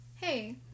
hey